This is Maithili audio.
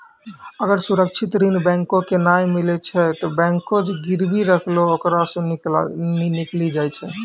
अगर सुरक्षित ऋण बैंको के नाय मिलै छै तै बैंक जे गिरबी रखलो ओकरा सं निकली जाय छै